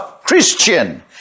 christian